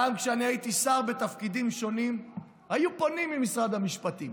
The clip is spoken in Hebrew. גם כשאני הייתי שר בתפקידים שונים היו פונים ממשרד המשפטים